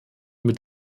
mit